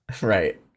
Right